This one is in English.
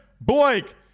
Blake